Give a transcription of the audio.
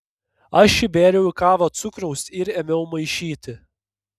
aš įbėriau į kavą cukraus ir ėmiau maišyti